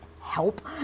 help